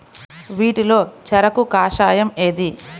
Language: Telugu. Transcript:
వీటిలో చెరకు కషాయం ఏది?